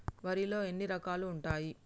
వరిలో ఎన్ని రకాలు ఉంటాయి?